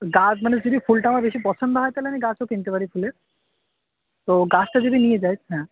গাছ মানে যদি ফুলটা আমার বেশি পছন্দ হয় তাহলে আমি গাছও কিনতে পারি ফুলের তো গাছটা যদি নিয়ে যাই হ্যাঁ